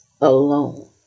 alone